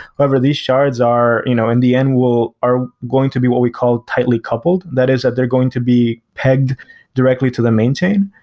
however, these shards are, you know in the end, are going to be what we call tightly coupled, that is that they're going to be pegged directly to the main chain.